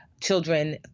children